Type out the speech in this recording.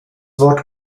wort